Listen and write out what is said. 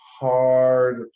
hard